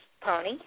pony